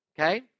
okay